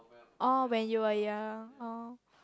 orh when you were young orh